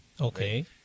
Okay